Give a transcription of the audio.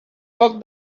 foc